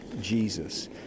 jesus